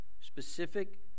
Specific